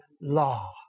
law